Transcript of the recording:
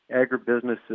agribusinesses